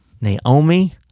Naomi